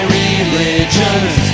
religions